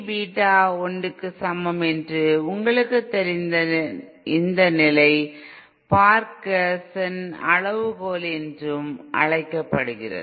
beta 1 க்கு சமம் என்று உங்களுக்குத் தெரிந்த இந்த நிலை பார்கவுசென் அளவுகோல் என்றும் அழைக்கப்படுகிறது